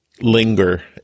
linger